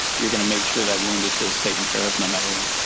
you're gonna make sure that wound is is taken care of no matter what.